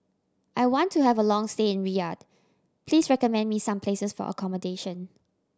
I want to have a long stay in Riyadh please recommend me some places for accommodation